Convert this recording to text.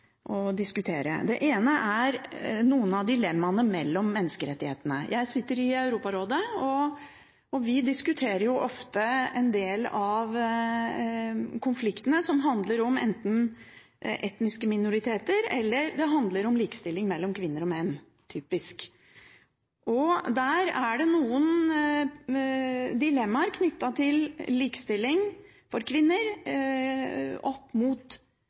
å diskutere. Det ene er noen av dilemmaene mellom menneskerettighetene. Jeg sitter i Europarådet, og vi diskuterer ofte konflikter som handler om enten etniske minoriteter, eller om likestilling mellom kvinner og menn – typisk. Der er det noen dilemmaer knyttet til likestilling for kvinner opp mot